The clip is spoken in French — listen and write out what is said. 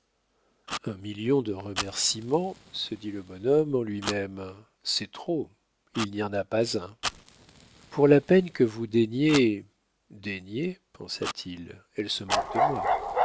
un million de remercîments se dit le bonhomme en lui-même c'est trop il n'y en a pas un pour la peine que vous daignez daignez pensa-t-il elle se moque de moi